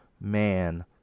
man